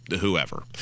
whoever